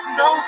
no